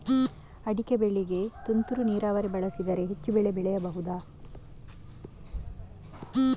ಅಡಿಕೆ ಬೆಳೆಗೆ ತುಂತುರು ನೀರಾವರಿ ಬಳಸಿದರೆ ಹೆಚ್ಚು ಬೆಳೆ ಬೆಳೆಯಬಹುದಾ?